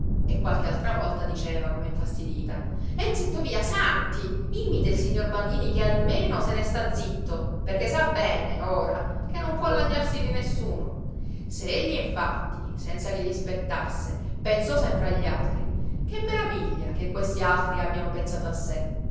e qualche altra volta diceva come infastidita e zitto via santi imita il signor bandini che almeno se ne sta zitto perché sa bene ora che non può lagnarsi di nessuno se egli infatti senza che gli spettasse pensò sempre agli altri che meraviglia che questi altri abbiano pensato a sé